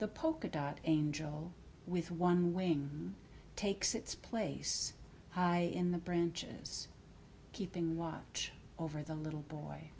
the polka dot angel with one wing takes its place high in the branches keeping watch over the little boy